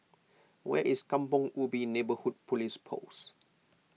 where is Kampong Ubi Neighbourhood Police Post